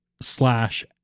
slash